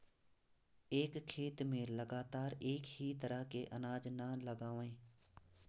एक खेत में लगातार एक ही तरह के अनाज न लगावें